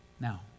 Now